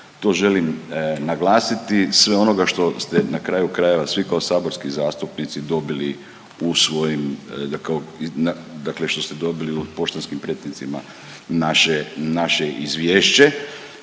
To želim naglasiti, sve onoga što ste na kraju krajeva svi kao saborski zastupnici dobili u svojim, dakle što ste dobili u poštanskim pretincima naše, naše izvješće.